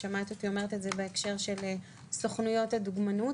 שמעת אותי אומרת את זה בנושא של סוכנויות הדוגמנות